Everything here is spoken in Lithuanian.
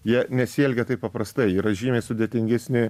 jie nesielgia taip paprastai jie yra žymiai sudėtingesni